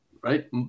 Right